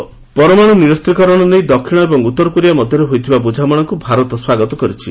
India Korea ପରମାଣୁ ନିରସ୍ତ୍ରୀକରଣ ନେଇ ଦକ୍ଷିଣ ଏବଂ ଉତ୍ତର କୋରିଆ ମଧ୍ୟରେ ହୋଇଥିବା ବୁଝାମଣାକୁ ଭାରତ ସ୍ୱାଗତ କରିଛି